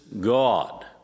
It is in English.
God